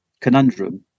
conundrum